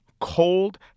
cold